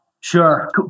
Sure